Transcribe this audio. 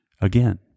Again